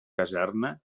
caserna